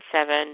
seven